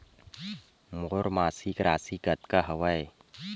मोर मासिक राशि कतका हवय?